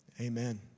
amen